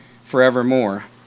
forevermore